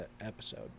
episode